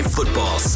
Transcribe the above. Football